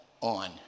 on